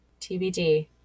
TBD